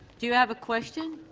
do you have a question?